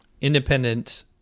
independent